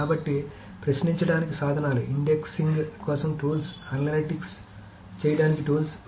కాబట్టి ప్రశ్నించడానికి సాధనాలు ఇండెక్సింగ్ కోసం టూల్స్ అనలిటిక్స్ చేయడానికి టూల్స్